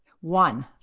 One